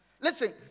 Listen